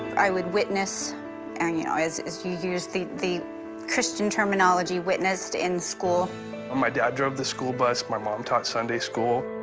i would witness and you know as as you use the the christian terminology witnessed in school um my dad drove the school bus my mom taught sunday school